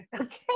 Okay